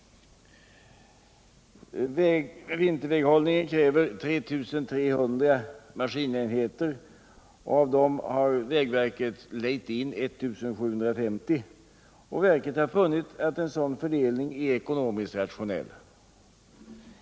Vinterväghållningen kräver 3 300 maskinenheter. Av dem har vägverket lejt in 1750. Verket har funnit att en sådan fördelning är ekonomiskt rationell.